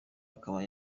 akaba